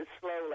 slowly